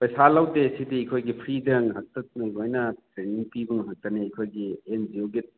ꯄꯩꯁꯥ ꯂꯧꯗꯦ ꯁꯤꯗꯤ ꯑꯩꯈꯣꯏꯒꯤ ꯐ꯭ꯔꯤꯗ ꯉꯥꯛꯇ ꯑꯗꯨꯝ ꯂꯣꯏꯅ ꯇ꯭ꯔꯦꯅꯤꯡ ꯄꯤꯕ ꯉꯥꯛꯇꯅꯤ ꯑꯩꯈꯣꯏꯒꯤ ꯑꯦꯟ ꯖꯤ ꯑꯣꯒꯤ